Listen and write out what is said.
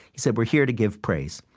he said, we're here to give praise.